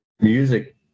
Music